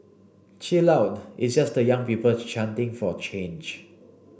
chill out it's just the young people chanting for change